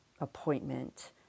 appointment